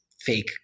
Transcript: fake